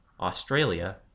Australia